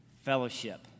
Fellowship